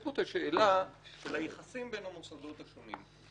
יש פה את השאלה של היחסים בין המוסדות השונים.